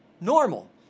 normal